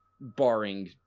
barring